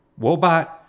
Wobot